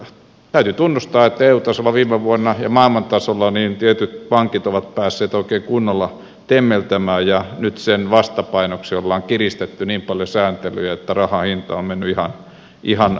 täytyy tunnustaa että viime vuonna eu tasolla ja maailman tasolla tietyt pankit ovat päässet oikein kunnolla temmeltämään ja nyt sen vastapainoksi ollaan kiristetty niin paljon sääntelyjä että rahan hinta on mennyt ihan mahdottomaksi